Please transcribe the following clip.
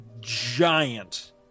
giant